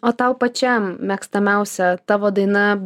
o tau pačiam mėgstamiausia tavo daina